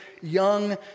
young